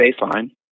baseline